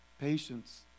patience